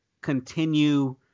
continue